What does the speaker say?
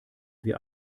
wir